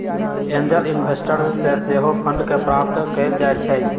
angel investors से सेहो fund के प्राप्त कएल जाइ छइ